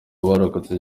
abarokotse